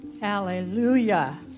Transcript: hallelujah